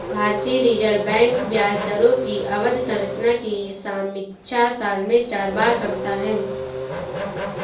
भारतीय reserve bank ब्याज दरों की अवधि संरचना की समीक्षा साल में चार बार करता है